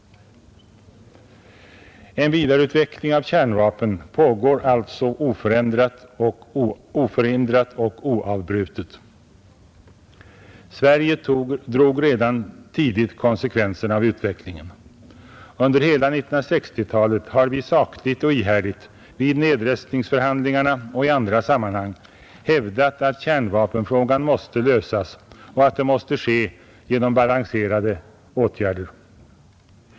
En vidareutveckling av kärnvapnen pågår alltså oförhindrat och oavbrutet. Sverige tog redan tidigt konsekvenserna av utvecklingen. Under hela 1960-talet har vi sakligt och ihärdigt, vid nedrustningsförhandlingarna och i andra sammanhang hävdat att kärnvapenfrågan måste lösas och att det måste ske genom balanserade åtgärder.